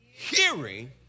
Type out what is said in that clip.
Hearing